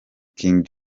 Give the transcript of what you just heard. king